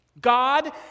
God